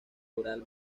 coral